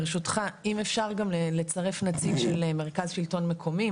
ברשותך אם אפשר גם לצרף נציג של מרכז שלטון מקמי,